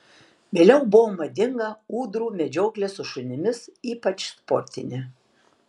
vėliau buvo madinga ūdrų medžioklė su šunimis ypač sportinė